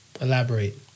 Elaborate